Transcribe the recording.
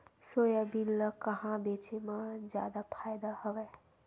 Soybean ल कहां बेचे म जादा फ़ायदा हवय?